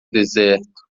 deserto